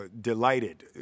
delighted